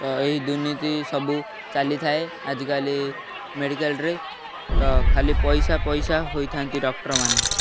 ତ ଏହି ଦୁର୍ନୀତି ସବୁ ଚାଲିଥାଏ ଆଜିକାଲି ମେଡ଼ିକାଲରେ ତ ଖାଲି ପଇସା ପଇସା ହୋଇଥାନ୍ତି ଡକ୍ଟର ମାନେ